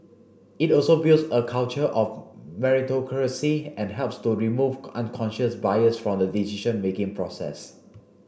it also builds a culture of meritocracy and helps to remove unconscious bias from the decision making process